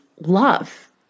love